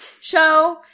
show